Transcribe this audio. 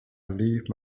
leave